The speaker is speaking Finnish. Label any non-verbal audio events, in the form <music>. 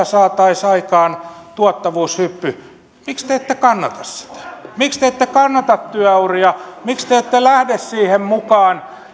<unintelligible> saataisiin aikaan tuottavuushyppy miksi te ette kannata sitä miksi te ette kannata työuria miksi te ette lähde siihen mukaan